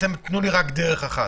שייתנו לו רק בדרך אחת.